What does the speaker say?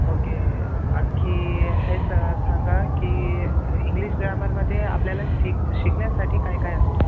okay आणखी हे सा सांगा की इंग्लिश ग्रामरमध्ये आपल्याला शिक शिकण्यासाठी काय असतो